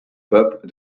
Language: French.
peuples